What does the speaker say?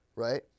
right